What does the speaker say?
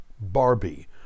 Barbie